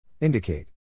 Indicate